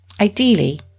Ideally